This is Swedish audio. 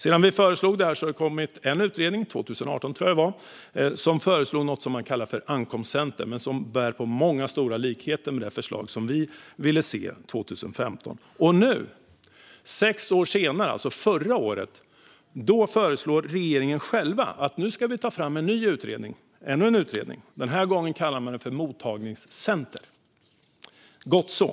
Sedan vi föreslog detta har det kommit en utredning - jag tror att det var 2018 - som föreslår något som man kallar ankomstcenter men som bär på många och stora likheter med det förslag som vi ville se 2015. Förra året - alltså sex år senare - föreslog regeringen själv att det skulle tas fram en ny utredning. Ännu en utredning, alltså. Den här gången kallar man det mottagningscenter. Gott så!